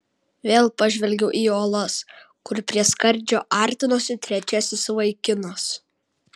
vėl pažvelgiau į uolas kur prie skardžio artinosi trečiasis vaikinas